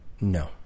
No